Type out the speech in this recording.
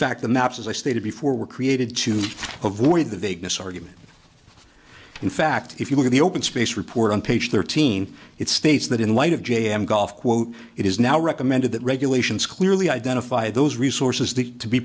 fact the maps as i stated before were created to avoid the vagueness argument in fact if you look at the open space report on page thirteen it states that in light of j m golf quote it is now recommended that regulations clearly identify those resources t